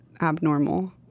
abnormal